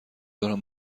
دارم